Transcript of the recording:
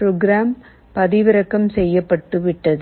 program பதிவிறக்கம் செய்யப்பட்டுவிட்டது